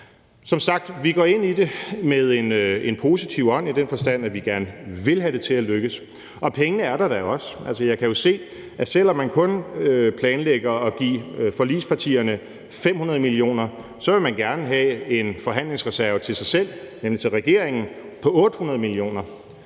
Som sagt går vi ind i det med en positiv ånd i den forstand, at vi gerne vil have det til at lykkes, og pengene er der da også. Altså, jeg kan jo se, at selv om man kun planlægger at give forligspartierne 500 mio. kr., vil man gerne have en forhandlingsreserve til sig selv, nemlig til regeringen, på 800 mio.